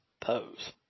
pose